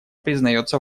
признается